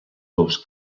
dos